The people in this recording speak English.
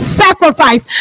sacrifice